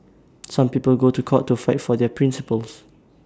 some people go to court to fight for their principles